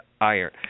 iron